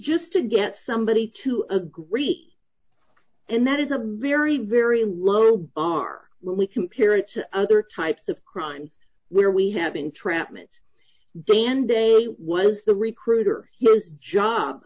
just to get somebody to agree and that is a very very low bar when we compare it to other types of crimes where we have entrapment dan de was the recruiter his job